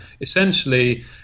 essentially